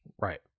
Right